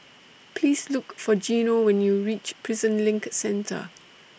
Please Look For Geno when YOU REACH Prison LINK Centre